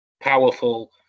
powerful